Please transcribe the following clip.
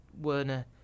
Werner